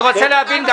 אני גם רוצה להבין.